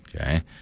Okay